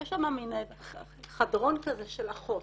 יש שם מן חדרון כזה של אחות